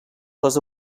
les